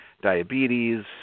diabetes